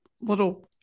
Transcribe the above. little